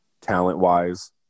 talent-wise